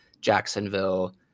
Jacksonville